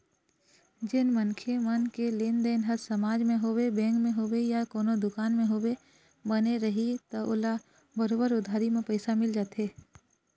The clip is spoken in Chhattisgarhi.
जेन मनखे मन के लेनदेन ह समाज म होवय, बेंक म होवय या कोनो दुकान म होवय, बने रइही त ओला बरोबर उधारी म पइसा मिल ही जाथे